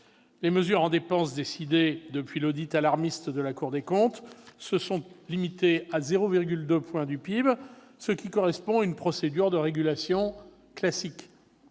Les mesures en dépenses décidées depuis l'audit alarmiste de la Cour des comptes se sont limitées à 0,2 point de PIB, ce qui correspond à une procédure de régulation classique.